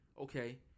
Okay